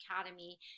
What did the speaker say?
academy